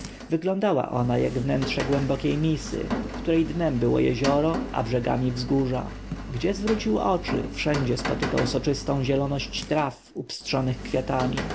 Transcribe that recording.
wyglądała ona jak wnętrze głębokiej misy której dnem było jezioro a brzegami wzgórza gdzie zwrócił oczy wszędzie spotykał soczystą zieloność traw upstrzonych kwiatami